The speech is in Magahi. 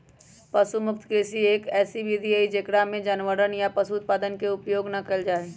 पशु मुक्त कृषि, एक ऐसी विधि हई जेकरा में जानवरवन या पशु उत्पादन के उपयोग ना कइल जाहई